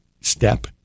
step